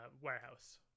warehouse